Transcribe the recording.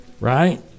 Right